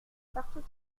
partout